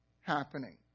happening